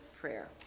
prayer